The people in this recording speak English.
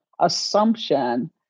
assumption